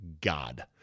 God